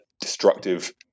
destructive